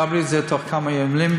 מקובל בהחלט.